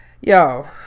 yo